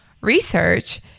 research